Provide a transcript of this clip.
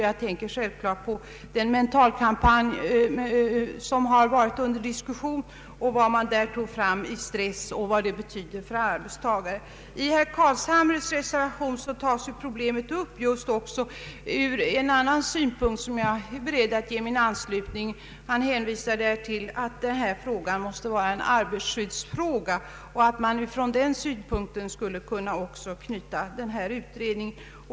Jag tänker självklart på den mycket diskuterade mentalhälsokampanjen och vad som då drogs fram. Herr Carlshamre tar i sin reservation upp problemet från en annan synpunkt, och jag är beredd att ge reservationen min anslutning. Han framhåller att detta måste vara en arbetarskyddsfråga och att utredningen borde knyta an till den aspekten.